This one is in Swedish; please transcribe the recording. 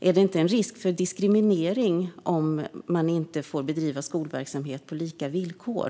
Är det inte en risk för diskriminering om man inte får bedriva skolverksamhet på lika villkor?